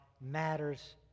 matters